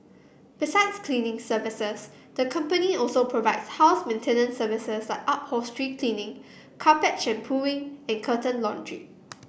besides cleaning services the company also provides house maintenance services like upholstery cleaning carpet shampooing and curtain laundry